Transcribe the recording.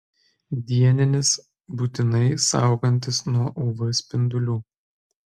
dieninis būtinai saugantis nuo uv spindulių